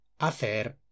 hacer